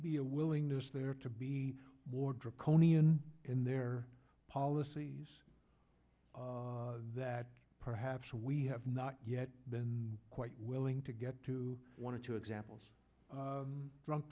be a willingness there to be more draconian in their policies that perhaps we have not yet been quite willing to get to one or two examples drunk